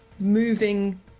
moving